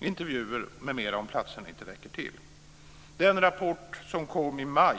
intervjuer m.m. om platserna inte räcker till. Den rapport som kom i maj